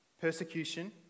persecution